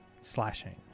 slashing